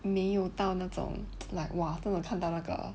没有到那种 like !wah! 真的看到那个